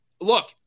look